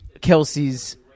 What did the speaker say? Kelsey's